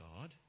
God